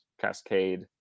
cascade